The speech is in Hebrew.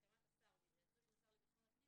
בהסכמת השר ובהתייעצות עם השר לביטחון הפנים,